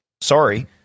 Sorry